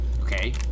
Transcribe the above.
Okay